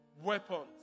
weapons